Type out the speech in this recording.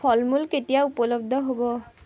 ফলমূল কেতিয়া উপলব্ধ হ'ব